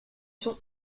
sont